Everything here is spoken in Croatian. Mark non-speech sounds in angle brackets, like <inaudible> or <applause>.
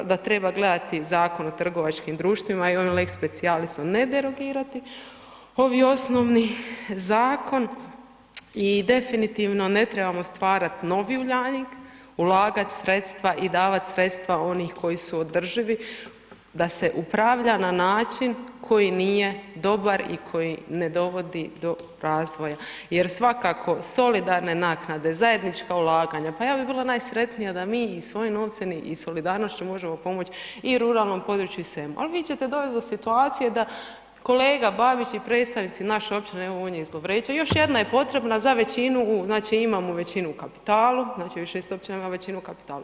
Da treba gledati Zakon o trgovačkim društvima i lex specialisom ne derogirati, ovi osnovni zakon i definitivno ne trebamo stvarati novi Uljanik, ulagati sredstva i davati sredstva onih koji su održivi, da se upravlja na način koji nije dobar i koji ne dovodi do razvoja jer svakako solidarne naknade, zajednička ulaganja, pa ja bih bila najsretnija da mi svojim novcem i solidarnošću možemo pomoći i ruralnom području i svemu, ali bi ćete doći do situacije da kolega Babić i predstavnici naše općine, on je iz Lovreća, još jedna je potrebna za većinu u, znači imamo većinu u kapitalu, znači ... <unintelligible> kapitalu.